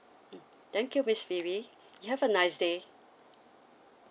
mm thank you miss phoebe you have a nice day